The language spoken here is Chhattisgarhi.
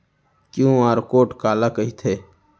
क्यू.आर कोड काला कहिथे?